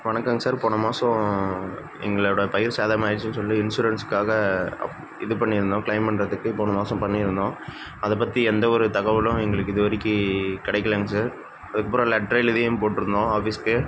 வணக்கங்க சார் போன மாதம் எங்களோடய பயிர் சேதமாகிடுச்சின்னு சொல்லி இன்சூரன்ஸ்க்காக அப் இது பண்ணியிருந்தோம் க்ளைம் பண்ணுறதுக்கு போன மாதம் பண்ணியிருந்தோம் அதைப் பற்றி எந்த ஒரு தகவலும் எங்களுக்கு இது வரைக்கு கிடைக்கலங்க சார் அதுக்கப்புறம் லெட்ரு எழுதியும் போட்டிருந்தோம் ஆஃபீஸ்க்கு